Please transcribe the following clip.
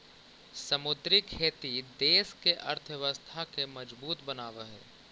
समुद्री खेती देश के अर्थव्यवस्था के मजबूत बनाब हई